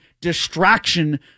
distraction